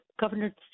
Governor